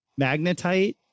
magnetite